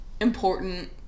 important